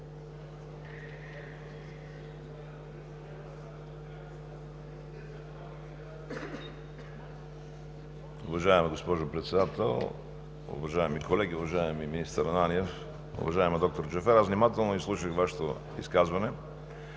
Уважаема госпожо Председател, уважаеми колеги, уважаеми министър Ананиев! Уважаема доктор Джафер, аз внимателно изслушах Вашето изказване.